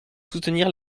soutenir